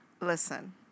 Listen